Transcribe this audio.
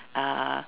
uh